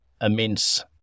immense